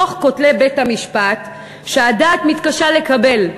בין כותלי בית-המשפט שהדעת מתקשה לקבל: